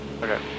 Okay